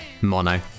Mono